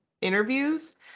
interviews